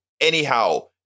anyhow